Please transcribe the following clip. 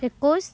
ଏକୋଇଶି